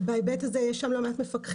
בהיבט הזה יש שם לא מעט מפקחים.